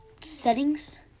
settings